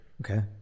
Okay